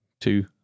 two